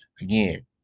again